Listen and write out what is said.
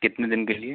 कितने दिन के लिए